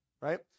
Right